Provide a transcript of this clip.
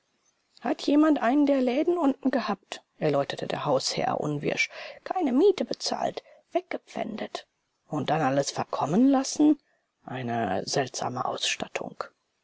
hat jemand einen der läden unten gehabt erläuterte der hausherr unwirsch keine miete bezahlt weggepfändet und dann alles verkommen lassen eine seltsame ausstattung